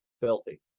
Filthy